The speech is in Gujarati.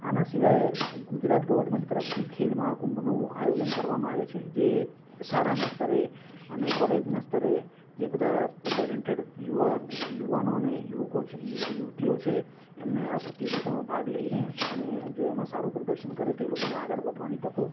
આના સિવાય ગુજરાત ગર્વમેન્ટ તરફથી ખેલ મહાકુંભનું આયોજન કરવામાં આવે છે જે શાળાના સ્તરે અને કોલેજના સ્તરે જે બધા ટેલેન્ટેડ યુવા યુવાનો અને યુવકો યુવ યુવતિઓ છે એમને આ પ્રતિયોગીમાં ભાગ લઈને અને જો એમાં સારું પ્રદશન કરે તો એ લોકોને આગળ વધવાની તકો